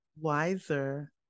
Wiser